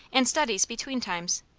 and studies between times.